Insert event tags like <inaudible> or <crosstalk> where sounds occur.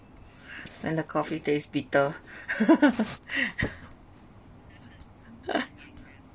and the coffee taste bitter <laughs>